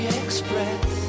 express